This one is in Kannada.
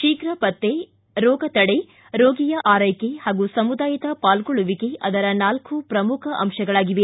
ಶೀಘ ಪತ್ತೆ ರೋಗ ತಡೆ ರೋಗಿಯ ಆರ್್ಯೆಕೆ ಹಾಗೂ ಸಮುದಾಯದ ಪಾಲ್ಗೊಳ್ಳುವಿಕೆ ಅದರ ನಾಲ್ಲು ಪ್ರಮುಖ ಆಂಶಗಳಾಗಿವೆ